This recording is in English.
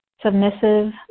submissive